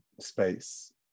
space